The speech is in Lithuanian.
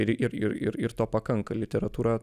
ir ir ir ir ir to pakanka literatūra